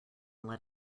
let